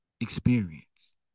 experience